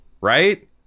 right